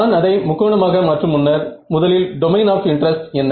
நான் அதை முக்கோணமாக மாற்றும் முன்னர் முதலில் டொமைன் ஆப் இன்ட்ரஸ்ட் என்ன